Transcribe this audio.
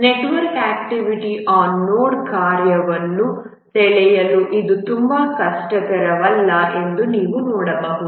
ನೆಟ್ವರ್ಕ್ನಲ್ಲಿ activity on node ಕಾರ್ಯವನ್ನು ಸೆಳೆಯಲು ಇದು ತುಂಬಾ ಕಷ್ಟಕರವಲ್ಲ ಎಂದು ನೀವು ನೋಡಬಹುದು